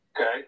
Okay